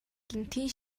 гэнэтийн